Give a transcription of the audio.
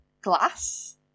glass